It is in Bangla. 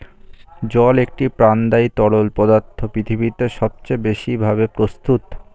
জল একটি প্রাণদায়ী তরল পদার্থ পৃথিবীতে সবচেয়ে বেশি ভাবে প্রস্তুত